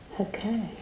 Okay